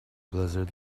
blizzard